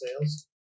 Sales